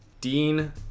Dean